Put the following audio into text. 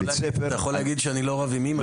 --- אני יכול להגיד שאני לא רב עם אימא.